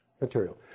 material